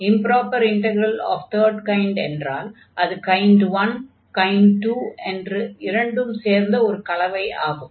improper integral of third kind என்றால் அது kind 1 kind 2 என்ற இரண்டும் சேர்ந்த ஒரு கலவை ஆகும்